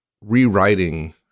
rewriting